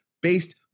based